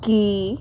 ਕੀ